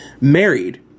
married